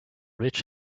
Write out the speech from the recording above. rich